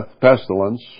pestilence